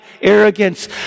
arrogance